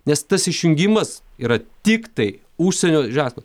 nes tas išjungimas yra tiktai užsienio žiniasklaidos